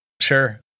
Sure